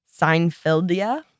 Seinfeldia